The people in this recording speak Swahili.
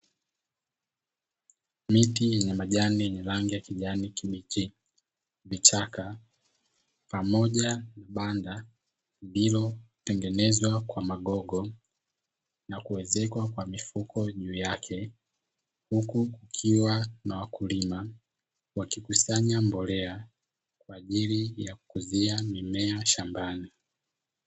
Miti yenye majani yenye rangi ya kijani kibichi vichaka na pamoja na banda liliotengenezwa kwa magogo na kuezekwa kwa mifuko juu yake, huku ikiwa na wakulima wakikusanya mbolea kwa ajili ya kukuzia mimea shambani.